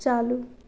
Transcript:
चालू